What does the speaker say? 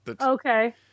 Okay